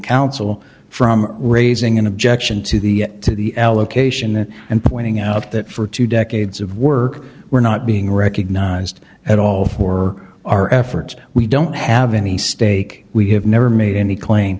council from raising an objection to the to the allocation and pointing out that for two decades of work we're not being recognized at all for our efforts we don't have any stake we have never made any claim